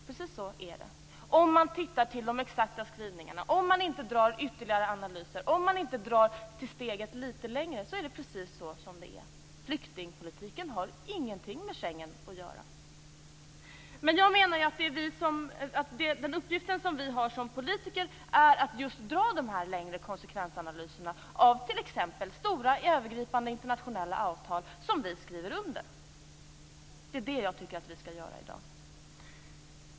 Precis så är det om man ser till de exakta skrivningarna, inte gör ytterligare analyser och inte går steget längre. Flyktingpolitiken har ingenting med Schengen att göra. Jag menar att den uppgift som vi har som politiker just är att gå längre i konsekvensanalyserna av t.ex. stora övergripande internationella avtal som vi skriver under. Det är det jag tycker att vi skall göra i dag.